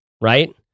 right